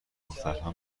دخترها